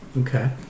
Okay